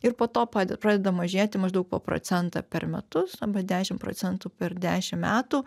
ir po to pade pradeda mažėti maždaug po procentą per metus arba dešimt procentų per dešim metų